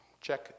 Check